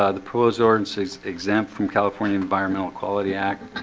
ah the pro source is exempt from california environmental quality act